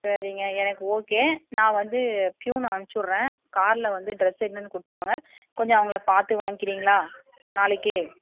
சரிங்க எனக்கு ஓகே நான் வந்து ப்யூனை அனுப்பிச்சுட்றேன் காரில் வந்து ட்ரெஸ் எடுத்துகிட்டு வந்து கொடுத்துருவாங்க கொஞ்சம் அவங்கள பார்த்து வாங்கிக்கிறீங்களா நாளைக்கே